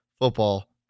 football